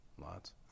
Lots